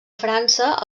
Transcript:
frança